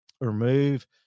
remove